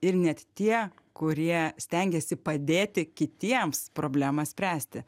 ir net tie kurie stengiasi padėti kitiems problemą spręsti